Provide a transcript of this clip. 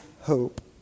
hope